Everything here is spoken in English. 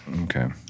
Okay